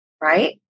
Right